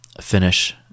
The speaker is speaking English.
finish